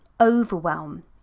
overwhelm